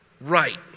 right